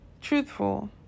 truthful